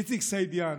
איציק סעידיאן,